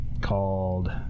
called